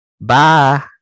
Bye